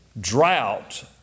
drought